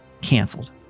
Canceled